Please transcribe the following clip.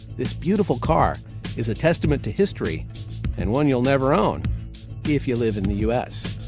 this beautiful car is a testament to history and one you'll never own if you live in the us.